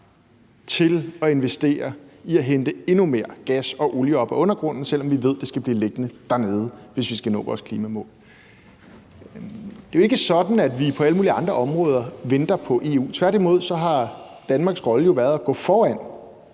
til at investere i at hente endnu mere gas og olie op af undergrunden, selv om vi ved, at det skal blive liggende dernede, hvis vi skal nå vores klimamål. Det er jo ikke sådan, at vi på alle mulige andre områder venter på EU. Tværtimod har Danmarks rolle jo været at gå foran,